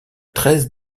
treize